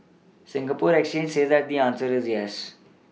Singapore exchange says that the answer is yes